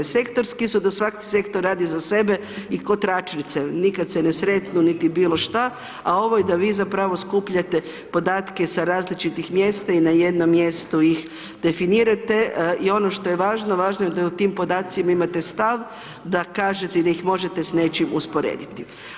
Sektorski su da svaki sektor radi za sebe i ko tračnice, nikad se ne sretnu, niti bilo šta, a ovo je da vi zapravo skupljate podatke sa različitih mjesta i na jednom mjestu ih definirate i ono što je važno je važno da u tim podacima imate stav da kažete i da ih možete s nečim usporediti.